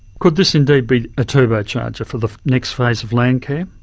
could this indeed be a turbocharger for the next phase of landcare?